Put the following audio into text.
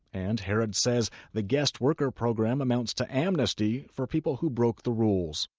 and herrod says the guest worker program amounts to amnesty for people who broke the rules.